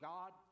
God